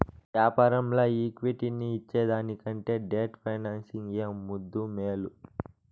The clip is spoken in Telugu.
యాపారంల ఈక్విటీని ఇచ్చేదానికంటే డెట్ ఫైనాన్సింగ్ ఏ ముద్దూ, మేలు